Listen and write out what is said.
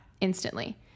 instantly